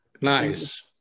Nice